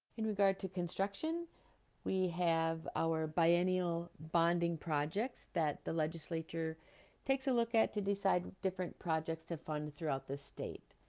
in regard to construction we have our biennial bonding projects that the legislature takes a look at to decide different projects to fund throughout the state